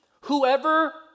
whoever